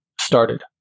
started